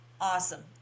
Awesome